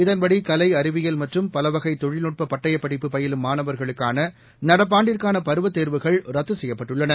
இதன்படி கலை அறிவியல் மற்றும் பலவகை தொழில்நுட்ப பட்டயப்படிப்பு பயிலும் மாணவர்களுக்கான நடப்பு ஆண்டிற்கான பருவத் தேர்வுகள் ரத்து செய்யப்பட்டுள்ளன